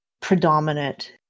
predominant